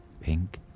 pink